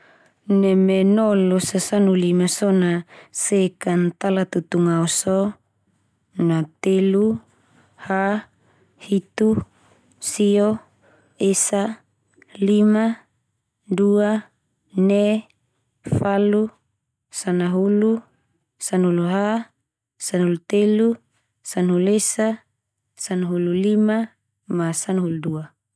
Neme nol losa sanahulu lima so na sek kan ta lututungao so, na. Telu, ha, hitu, sio, esa, lima, dua, ne, falu, sanahulu, sanahulu ha, sanahulu telu, sanahulu esa, sanahulu lima, ma sanahulu dua.